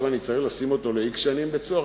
עכשיו אני צריך לשים אותו ל-x שנים בבית-סוהר,